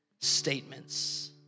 statements